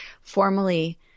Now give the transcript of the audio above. formally